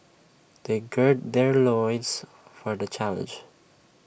they gird their loins for the challenge